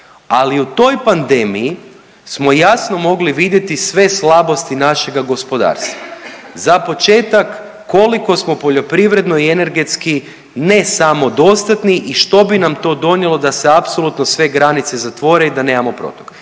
ali u toj pandemiji smo jasno mogli vidjeti sve slabosti našega gospodarstva. Za početak koliko smo poljoprivredno i energetski ne samo dostatni i što bi nam to donijelo da se apsolutno sve granice zatvore i da nemamo protok.